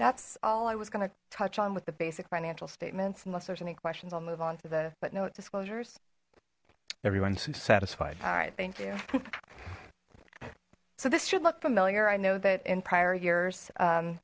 that's all i was going to touch on with the basic financial statements unless there's any questions i'll move on to the but note disclosures everyone's satisfied all right thank you so this should look familiar i know that in prior years